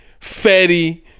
Fetty